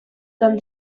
than